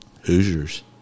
Hoosiers